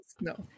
No